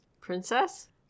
Princess